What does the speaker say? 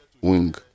wing